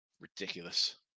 Ridiculous